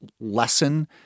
lesson